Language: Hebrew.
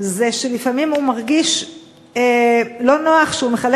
זה שלפעמים הוא מרגיש לא נוח כשהוא מחלק